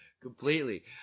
Completely